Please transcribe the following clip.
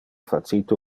facite